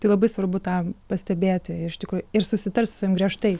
tai labai svarbu tą pastebėti iš tikrųjų ir susitart su savim griežtai